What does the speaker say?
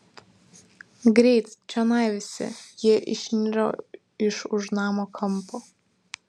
greit čionai visi ji išniro iš už namo kampo